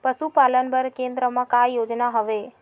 पशुपालन बर केन्द्र म का योजना हवे?